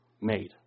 made